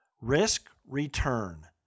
Risk-Return